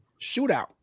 Shootout